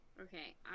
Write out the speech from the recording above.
okay